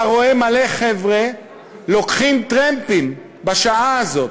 אתה רואה מלא חבר'ה לוקחים טרמפים בשעה הזאת.